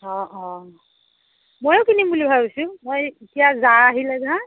অঁ অঁ ময়ো কিনিম বুলি ভাবিছোঁ মই এতিয়া জাৰ আহিলে না